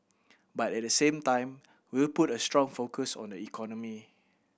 but at the same time we'll put a strong focus on the economy